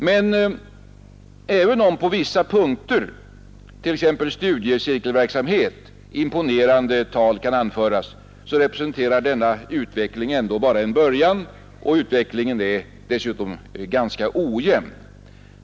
Men även om i vissa fall, t.ex. beträffande studiecirkelverksamhet, imponerande tal kan anföras, så representerar denna utveckling ändå bara en början och utvecklingen är dessutom ganska ojämn.